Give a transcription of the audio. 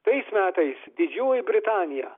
tais metais didžioji britanija